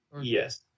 Yes